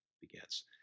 begins